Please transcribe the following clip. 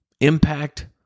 Impact